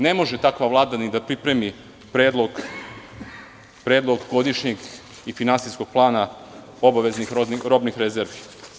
Ne može takva vlada ni da pripremi predlog godišnjeg i finansijskog plana obaveznih robnih rezervi.